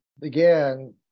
began